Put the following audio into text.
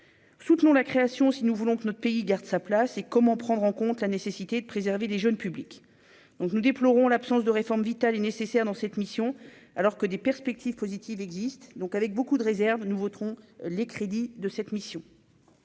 soutenons la création si nous voulons que notre pays garde sa place et comment prendre en compte la nécessité de préserver les jeunes publics, donc nous déplorons l'absence de réformes vitales et nécessaire dans cette mission, alors que des perspectives positives existent donc avec beaucoup de réserve, nous voterons les crédits de cette mission.